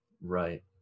Right